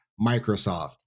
microsoft